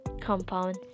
compound